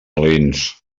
alins